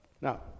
Now